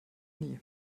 nie